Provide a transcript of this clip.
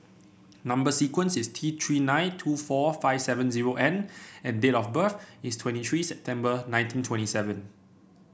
number sequence is T Three nine two four five seven zero N and date of birth is twenty three September nineteen twenty seven